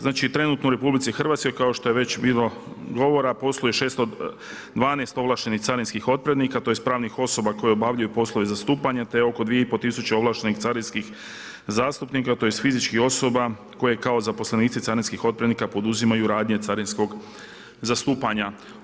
Znači trenutno u RH, kao što je već bilo govora posluje 612 ovlaštenih carinskih otpremnika, tj. pravnih osoba koje obavljaju poslove zastupanja, te oko 2500 ovlaštenih carinskih zastupnika, tj. fizičkih osoba koje kao zaposlenici carinskih otpremnika, poduzimaju radnje carinskog zastupanja.